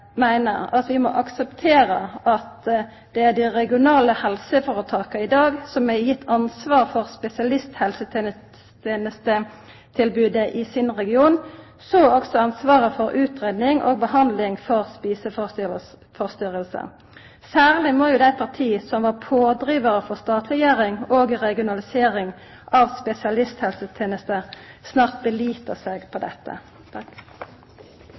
meiner at vi må akseptera at det er dei regionale helseføretaka i dag som er gitt ansvaret for spesialisthelsetenestetilbodet i sin region, så òg ansvaret for utgreiing og behandling av spisevanskar. Særleg må dei partia som var pådrivarar for ei statleggjering og ei regionalisering av spesialisthelsetenesta, snart «belita seg» på dette.